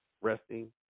resting